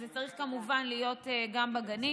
וזה צריך כמובן להיות גם בגנים.